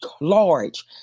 large